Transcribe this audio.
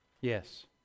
Yes